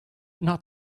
not